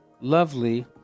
lovely